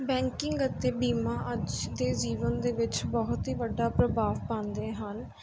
banking ਅਤੇ ਬੀਮਾ ਅੱਜ ਦੇ ਜੀਵਨ ਦੇ ਵਿੱਚ ਬਹੁਤ ਹੀ ਵੱਡਾ ਪ੍ਰਭਾਵ ਪਾਉਂਦੇ ਹਨ